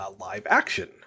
live-action